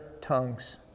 tongues